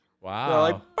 Wow